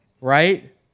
right